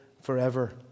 forever